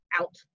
out